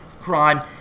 crime